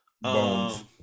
Bones